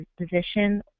position